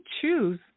choose